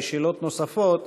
ושאלות נוספות